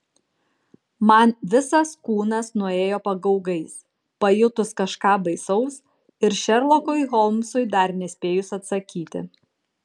man visas kūnas nuėjo pagaugais pajutus kažką baisaus ir šerlokui holmsui dar nespėjus atsakyti